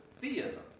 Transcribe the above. theism